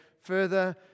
further